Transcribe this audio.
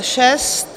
6.